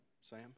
Sam